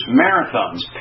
marathons